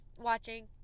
watching